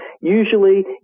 Usually